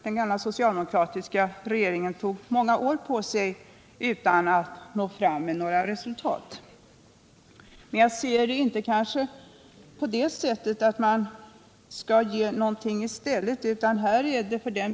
Den socialdemokratiska regeringen tog många år på sig utan att nå fram till några resultat. Men jag ser inte saken på det sättet att man där skall få någonting i stället för en utbyggnad.